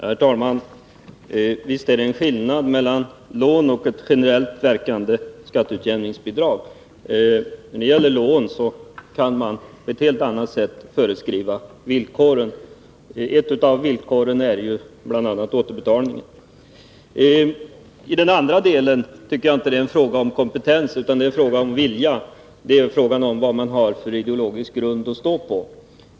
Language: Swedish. Herr talman! Visst är det skillnad mellan lån och generellt verkande skatteutjämningsbidrag. När det gäller lån kan man på ett helt annat sätt föreskriva villkoren. Och ett sådant villkor är återbetalningen. I den andra delen tycker jag inte att det är fråga om kompetens utan om vilja, vad man har för ideologisk grund att stå på.